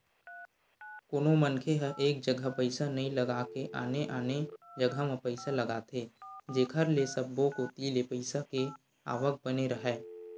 कोनो मनखे ह एक जघा पइसा नइ लगा के आने आने जघा म पइसा लगाथे जेखर ले सब्बो कोती ले पइसा के आवक बने राहय